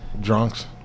drunks